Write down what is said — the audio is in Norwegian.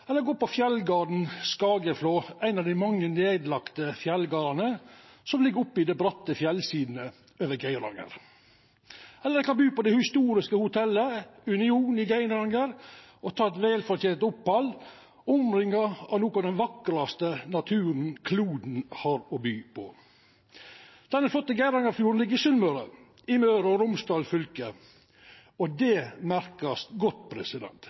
eller gå opp til fjellgarden Skageflå, ein av dei mange nedlagde fjellgardane som ligg oppe i dei bratte fjellsidene over Geiranger, eller ein kan bu på det historiske Hotel Union i Geiranger og ta eit velfortent opphald omringa av noko av den vakraste naturen kloden har å by på. Den flotte Geirangerfjorden ligg på Sunnmøre, i Møre og Romsdal fylke, og det merkar ein godt.